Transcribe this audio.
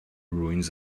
ruins